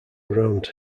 around